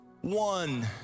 one